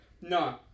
no